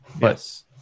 Yes